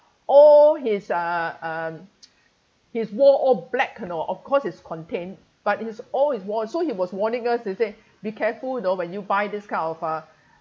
all his uh uh his wall all black you know of course it's contained but his all his wall so he was warning us he say be careful you know when you buy this kind of uh